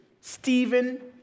Stephen